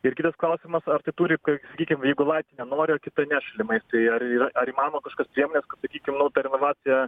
ir kitas klausimas ar tai turi kai sakykim jeigu laiptinė nori kita ne šalimais tai ar yra ar įmanoma kažkas priemonės sakykim nu tą renovaciją